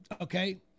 okay